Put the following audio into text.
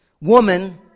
woman